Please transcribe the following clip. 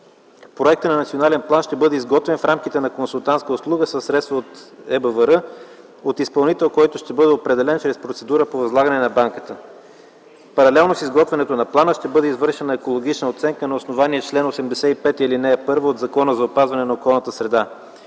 Проектът на национален план ще бъде изготвен в рамките на консултантска услуга със средства от ЕБВР от изпълнител, който ще бъде определен чрез процедура по възлагане на банката. Паралелно с изготвянето на плана ще бъде извършена екологична оценка на основание чл. 85, ал. 1 от Закона за опазване на околната среда.